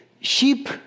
Sheep